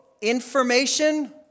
information